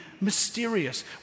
mysterious